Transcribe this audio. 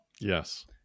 yes